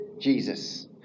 Jesus